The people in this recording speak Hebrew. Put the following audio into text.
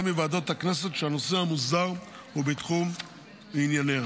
מוועדות הכנסת שהנושא המוסדר הוא בתחום ענייניה.